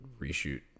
reshoot